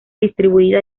distribuida